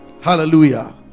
hallelujah